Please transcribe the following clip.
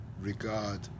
regard